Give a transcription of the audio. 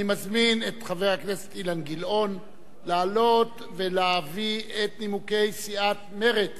אני מזמין את חבר הכנסת אילן גילאון לעלות ולהביא את נימוקי סיעת מרצ